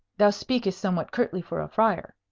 thou speakest somewhat curtly for a friar,